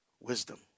wisdom